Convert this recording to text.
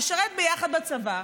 לשרת ביחד בצבא,